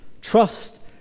trust